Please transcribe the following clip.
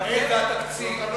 עניין התקציב?